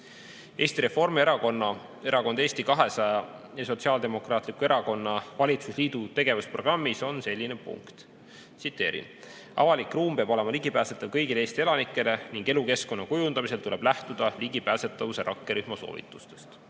Eesti Reformierakonna, Erakonna Eesti 200 ja Sotsiaaldemokraatliku Erakonna valitsusliidu tegevusprogrammis on selline punkt. Tsiteerin: avalik ruum peab olema ligipääsetav kõigile Eesti elanikele ning elukeskkonna kujundamisel tuleb lähtuda ligipääsetavuse rakkerühma soovitustest. Eeltoodust